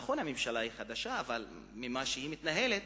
נכון, הממשלה היא חדשה אבל לפי מה שהיא מתנהלת,